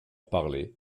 parler